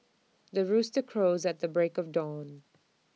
the rooster crows at the break of dawn